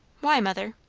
why, mother?